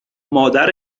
مادر